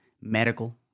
medical